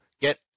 get